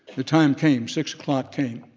the time came, six o'clock came,